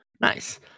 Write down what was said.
nice